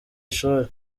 ishuri